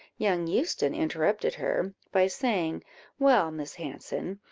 young euston interrupted her, by saying well, miss hanson,